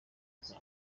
koza